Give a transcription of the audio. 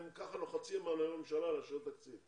כך הם לוחצים על הממשלה לאשר תקציב.